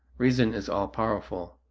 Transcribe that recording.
reason is all powerful,